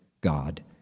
God